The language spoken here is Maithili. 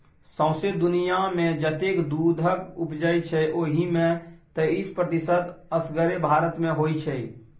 सौंसे दुनियाँमे जतेक दुधक उपजै छै ओहि मे तैइस प्रतिशत असगरे भारत मे होइ छै